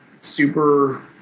super